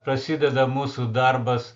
prasideda mūsų darbas